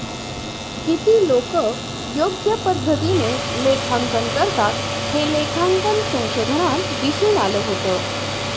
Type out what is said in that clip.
किती लोकं योग्य पद्धतीने लेखांकन करतात, हे लेखांकन संशोधनात दिसून आलं होतं